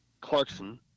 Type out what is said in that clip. Clarkson